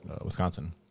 wisconsin